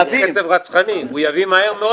הקצב רצחני, הוא יביא מהר מאוד את מה שאתה אומר.